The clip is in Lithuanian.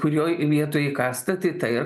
kurioj vietoj įkąsta tai ta ir